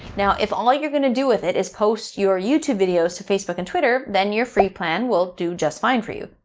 now if all you're gonna do with it is post your youtube videos to facebook and twitter, then you're free plan will do just fine for you.